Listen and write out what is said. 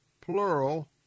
plural